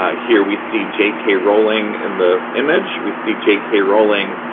ah here, we see j k. rowling in the image. we see j k. rowling,